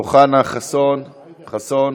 אוחנה, חסון חסון,